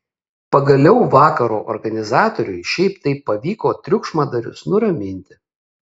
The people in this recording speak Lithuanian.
pagaliau vakaro organizatoriui šiaip taip pavyko triukšmadarius nuraminti